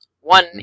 One